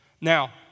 Now